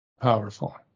powerful